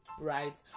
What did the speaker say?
right